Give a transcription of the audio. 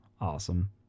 awesome